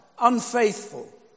unfaithful